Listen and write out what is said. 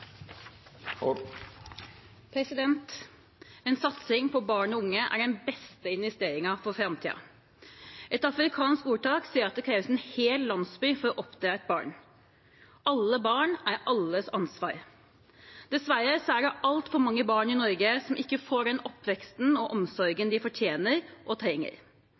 satsing på barn og unge er den beste investeringen for framtiden. Et afrikansk ordtak sier at det kreves en hel landsby for å oppdra et barn. Alle barn er alles ansvar. Dessverre er det altfor mange barn i Norge som ikke får den oppveksten og